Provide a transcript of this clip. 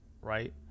right